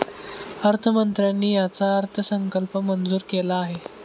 अर्थमंत्र्यांनी याचा अर्थसंकल्प मंजूर केला आहे